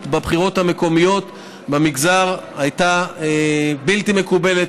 בבחירות המקומיות במגזר הייתה בלתי מקובלת,